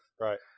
Right